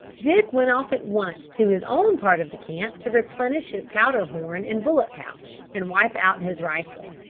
dick went off at once to his own part of the camp to replenish his powder-horn and bullet pouch, and wipe out his rifle.